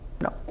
No